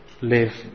live